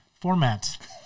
format